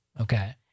Okay